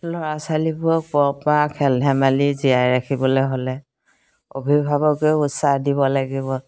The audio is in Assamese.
ল'ৰা ছোৱালীবোৰক পৰ পৰা খেল ধেমালি জীয়াই ৰাখিবলৈ হ'লে অভিভাৱকেও উৎসাহ দিব লাগিব